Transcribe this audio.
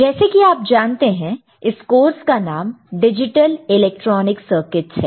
जैसे कि आप जानते हैं इस कोर्स का नाम डिजिटल इलेक्ट्रॉनिक सर्किटस है